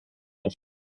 auf